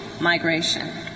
migration